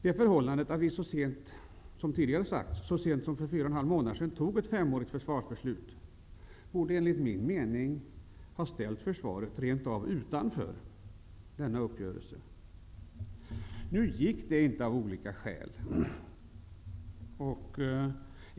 Det förhållandet att vi, som tidigare sagts, så sent som för fyra och en halv månader sedan fattade ett femårigt försvarsbeslut borde enligt min mening ha ställt försvaret rent av utanför denna uppgörelse. Nu gick inte detta av olika skäl.